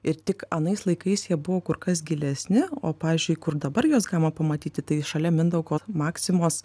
ir tik anais laikais jie buvo kur kas gilesni o pavyzdžiui kur dabar juos galima pamatyti tai šalia mindaugo maksimos